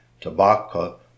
tobacco